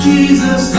Jesus